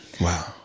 wow